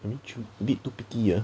a bit too picky ah